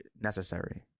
necessary